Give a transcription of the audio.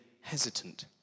hesitant